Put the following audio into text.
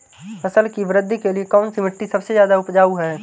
फसल की वृद्धि के लिए कौनसी मिट्टी सबसे ज्यादा उपजाऊ है?